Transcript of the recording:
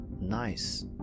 nice